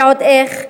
ועוד איך,